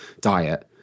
diet